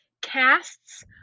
casts